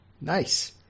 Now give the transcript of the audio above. Nice